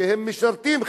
שהם משרתים,